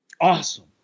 Awesome